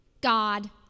God